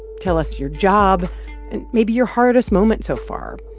tell us your job and maybe your hardest moment so far.